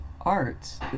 arts